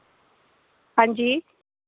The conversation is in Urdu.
ہاں جی